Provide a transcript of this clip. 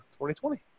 2020